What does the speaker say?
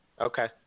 Okay